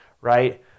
right